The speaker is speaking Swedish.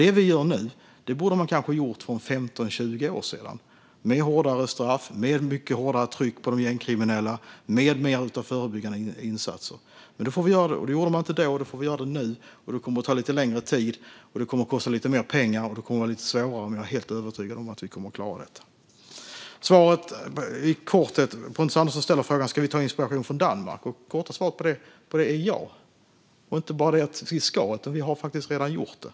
Det vi gör nu borde man kanske ha gjort för 15-20 år sedan, med hårdare straff, mycket hårdare tryck på de gängkriminella och mer av förebyggande insatser. Det gjorde man inte då. Då får vi göra det nu. Det kommer att ta lite längre tid, kosta lite mer pengar och vara lite svårare. Men jag är helt övertygad om att vi kommer att klara detta. Pontus Andersson ställer frågan om vi ska ta inspiration från Danmark. Det korta svaret på det är ja. Och vi har faktiskt redan gjort det.